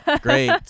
Great